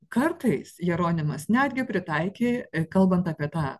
kartais jeronimas netgi pritaikė kalbant apie tą